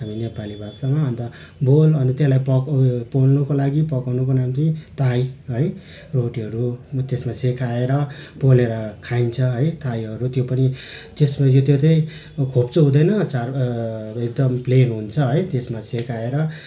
हामी नेपाली भाषामा अन्त बोल अनि त्यसलाई पका उयो पोल्नुको लागि पकाउनुको निम्ति ताई है रोटीहरू पनि त्यसमा सेकाएर पोलेर खाइन्छ है ताईहरू त्यो पनि त्यसमा यो त्यो त्यही खोप्चो हुँदैन चार एकदम प्लेन हुन्छ है त्यसमा सेकाएर